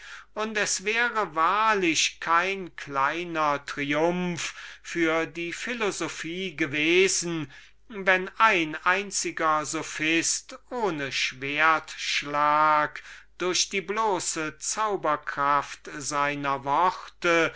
und es wäre wahrlich kein kleiner triumph für die philosophie gewesen wenn ein einziger sophist ohne schwertschlag durch die bloße zauberkraft seiner worte